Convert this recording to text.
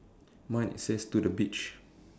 mine says to the beach